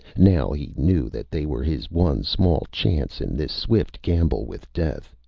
now he knew that they were his one small chance in this swift gamble with death.